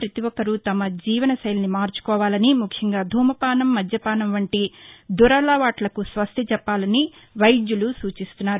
ప్రతి ఒక్కరూ తమ జీవనశైలిని మార్చుకోవాలని ముఖ్యంగా ధూమపాసం మద్యపానం వంటి దురలవాట్లకు స్వస్తి చెప్పాలని వైద్యులు సూచిస్తున్నారు